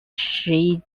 shi